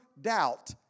doubt